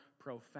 profound